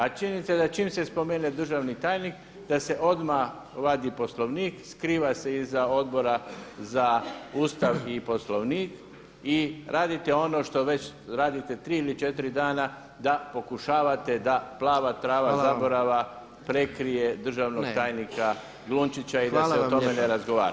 A činjenica je da čim se spomene državni tajnik da se odmah vadi Poslovnik, skriva se iza Odbora za Ustav i Poslovnik i radite ono što već radite 3 ili 4 dana da pokušavate da plava trava zaborava prekrije državnog tajnika Glunčića i da se o tome ne razgovara.